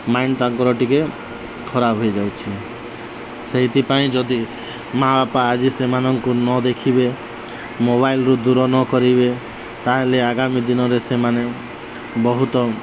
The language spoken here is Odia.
ମାଇଣ୍ଡ୍ ତାଙ୍କର ଟିକେ ଖରାପ ହେଇଯାଉଛି ସେଇଥିପାଇଁ ଯଦି ମା ବାପା ଆଜି ସେମାନଙ୍କୁ ନ ଦେଖିବେ ମୋବାଇଲ୍ରୁ ଦୂର ନ କରିବେ ତା'ହେଲେ ଆଗାମୀ ଦିନରେ ସେମାନେ ବହୁତ